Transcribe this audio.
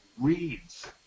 reads